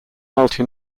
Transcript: multi